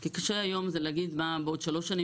כי קשה היום להגיד מה בעוד שלוש שנים